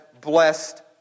blessed